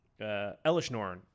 Elishnorn